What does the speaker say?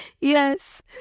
yes